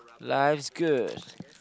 life's good